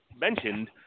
mentioned